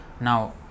Now